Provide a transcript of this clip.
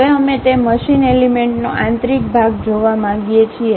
હવે અમે તે મશીન એલિમેન્ટનો આંતરિક ભાગ જોવા માંગીએ છીએ